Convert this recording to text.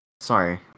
Sorry